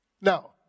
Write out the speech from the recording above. Now